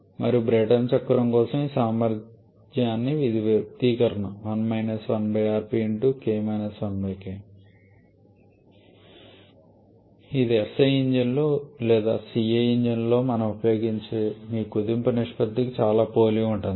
మరియు బ్రైటన్ చక్రం కోసం మీ సామర్థ్యానికి ఇది వ్యక్తీకరణ ఇది SI ఇంజన్లు లేదా CI ఇంజిన్లలో మనము ఉపయోగించే మీ కుదింపు నిష్పత్తికి చాలా పోలి ఉంటుంది